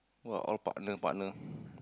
[wah] all partner partner